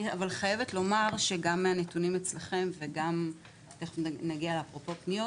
אני חייבת לומר שגם מהנתונים אצלכם וגם תכף נגיע לפניות,